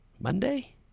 Monday